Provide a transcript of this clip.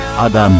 Adam